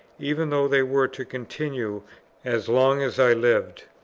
even though they were to continue as long as i lived.